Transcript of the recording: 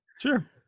Sure